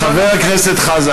אינו נוכח חבר הכנסת חזן,